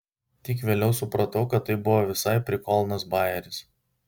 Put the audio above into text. tik vėliau supratau kad tai buvo visai prikolnas bajeris